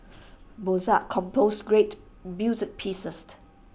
Mozart composed great music